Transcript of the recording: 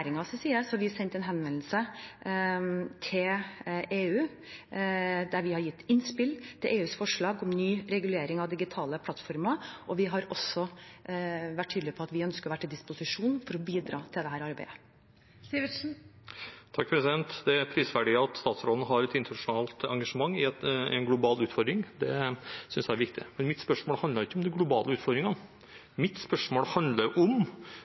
side har vi sendt en henvendelse til EU, der vi har gitt innspill til EUs forslag om ny regulering av digitale plattformer. Vi har også vært tydelige på at vi ønsker å være til disposisjon for å bidra i dette arbeidet. Det er prisverdig at statsråden har et internasjonalt engasjement i en global utfordring – det synes jeg er viktig. Men mitt spørsmål handlet ikke om de globale utfordringene. Mitt spørsmål handler om